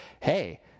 hey